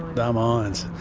the mines.